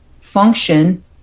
function